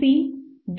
C D